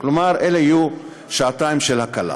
כלומר אלה יהיו שעתיים של הקלה.